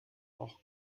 auch